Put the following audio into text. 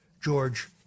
George